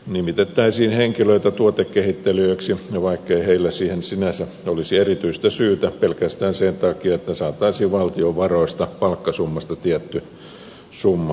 nimitettäisiin henkilöitä tuotekehittelijöiksi vaikkei heillä siihen sinänsä olisi erityistä syytä pelkästään sen takia että saataisiin valtion varoista palkkasummasta tietty summa takaisin